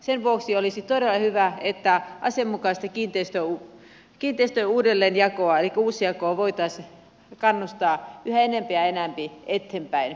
sen vuoksi olisi todella hyvä että asianmukaista kiinteistön uudelleenjakoa elikkä uusjakoa voitaisiin kannustaa yhä enemmän ja enem män eteenpäin